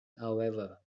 however